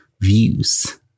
Views